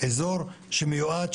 אזור שמיועד,